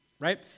right